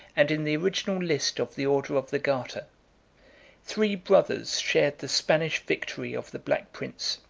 and in the original list of the order of the garter three brothers shared the spanish victory of the black prince